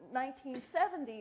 1970S